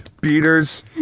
Beaters